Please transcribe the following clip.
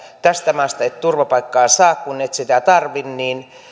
tästä maasta et turvapaikkaa saa kun et sitä tarvitse niin